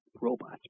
robots